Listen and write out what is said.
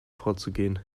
vorzugehen